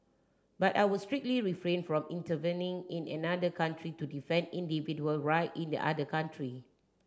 but I would strictly refrain from intervening in another country to defend individual right in the other country